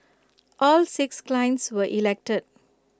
all six clients were elected